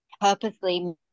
purposely